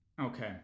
Okay